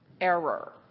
error